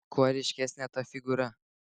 kuo ryškesnė ta figūra